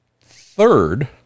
third